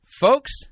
folks